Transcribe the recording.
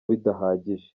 bidahagije